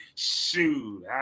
shoot